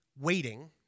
waiting